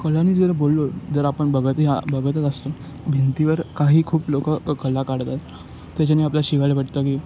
कलानी जर बोललो जर आपण बघत हे बघतच असतो भिंतीवर काही खूप लोकं कला काढतात त्याच्यानी आपल्याला शिकायला भेटतं की